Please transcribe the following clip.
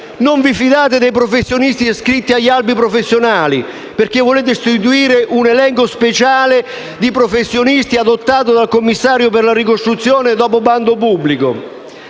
Non vi fidate dei professionisti iscritti agli albi professionali, perché volete istituire un elenco speciale di professionisti, adottato dal commissario per la ricostruzione dopo apposito bando pubblico.